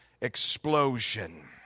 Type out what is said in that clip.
explosion